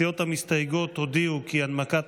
הסיעות המסתייגות הודיעו כי הנמקת